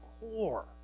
core